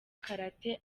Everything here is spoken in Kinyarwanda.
karate